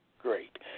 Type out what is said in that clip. Great